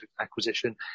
acquisition